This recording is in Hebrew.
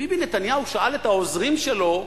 כשביבי נתניהו שאל את העוזרים שלו: